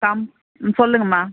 come ம் சொல்லுங்கம்மா